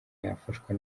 yafashwa